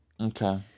okay